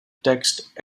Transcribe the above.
text